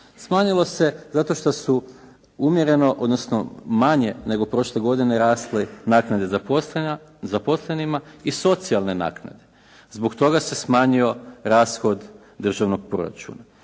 Smanjilo se zato što su umjereno, odnosno manje nego prošle godine rasle naknade zaposlenima i socijalne naknade. Zbog toga se smanjio rashod državnog proračuna.